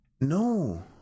No